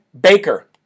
Baker